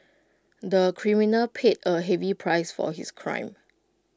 the criminal paid A heavy price for his crime